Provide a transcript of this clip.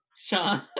Sean